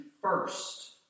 first